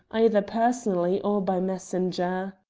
either personally or by messenger.